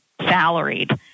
salaried